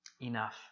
enough